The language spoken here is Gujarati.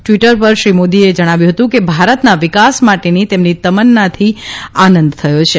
ટવીટર પર શ્રી મોદીએ જણાવ્યું કે ભારતના વિકાસ માટેની તેમની તમન્નાથી આનંદ થયો છે